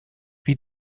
wie